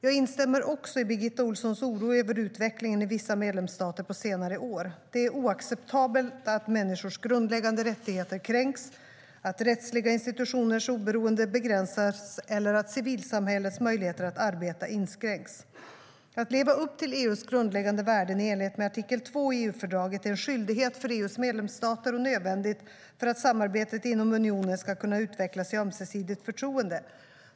Jag instämmer också i Birgitta Ohlssons oro över utvecklingen i vissa medlemsstater på senare år. Det är oacceptabelt att människors grundläggande rättigheter kränks, att rättsliga institutioners oberoende begränsas eller att civilsamhällets möjlighet att arbeta inskränks. Att leva upp till EU:s grundläggande värden i enlighet med artikel 2 i EU-fördraget är en skyldighet för EU:s medlemsstater och nödvändigt för att samarbetet inom unionen ska kunna utvecklas i ömsesidigt förtroende.